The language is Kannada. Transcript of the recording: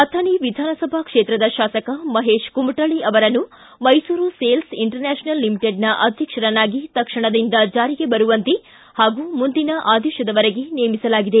ಅಥಣಿ ವಿಧಾನಸಭಾ ಕ್ಷೇತ್ರದ ತಾಸಕ ಮಹೇತ ಕುಮಟಳ್ಳಿ ಅವರನ್ನು ಮೈಸೂರು ಸೇಲ್ಸ್ ಇಂಟರ್ ನ್ಮಾಷನಲ್ ಲಿಮಿಟೆಡ್ನ ಅಧ್ಯಕ್ಷರನ್ನಾಗಿ ತಕ್ಷಣದಿಂದ ಜಾರಿಗೆ ಬರುವಂತೆ ಹಾಗೂ ಮುಂದಿನ ಆದೇಶದವರೆಗೆ ನೇಮಿಸಲಾಗಿದೆ